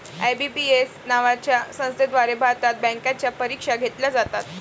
IBPS नावाच्या संस्थेद्वारे भारतात बँकांच्या परीक्षा घेतल्या जातात